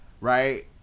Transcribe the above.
Right